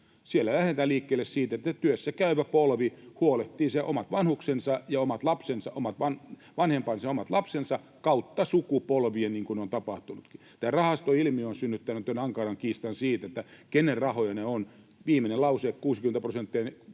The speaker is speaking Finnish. Silloin lähdetään liikkeelle siitä, että työssäkäyvä polvi huolehtii omat vanhempansa ja omat lapsensa, kautta sukupolvien, niin kuin on tapahtunutkin. Tämä rahastoilmiö on synnyttänyt tämän ankaran kiistan siitä, kenen rahoja ne ovat. Viimeinen lause: 65 prosenttia